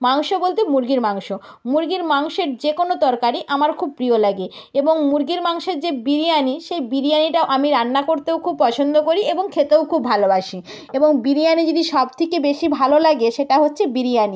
মাংস বলতে মুরগির মাংস মুরগির মাংসের যে কোনো তরকারি আমার খুব প্রিয় লাগে এবং মুরগির মাংসের যে বিরিয়ানি সেই বিরিয়ানিটা আমি রান্না করতেও খুব পছন্দ করি এবং খেতেও খুব ভালোবাসি এবং বিরিয়ানি যদি সব থেকে বেশি ভালো লাগে সেটা হচ্ছে বিরিয়ানি